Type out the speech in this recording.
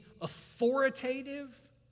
authoritative